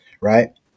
right